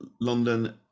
London